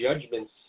judgments